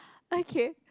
okay